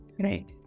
Right